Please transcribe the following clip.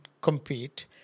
compete